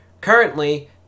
currently